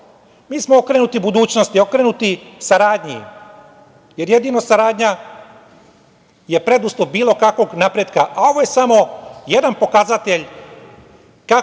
mi smo okrenuti budućnosti, okrenuti saradnji, jer jedino saradnja je preduslov bilo kakvog napretka, a ovo je samo jedan pokazatelj kako se